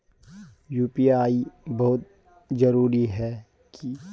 UPI बहुत जरूरी है की?